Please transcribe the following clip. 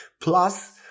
Plus